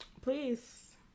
Please